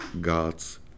God's